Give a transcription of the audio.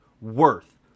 worth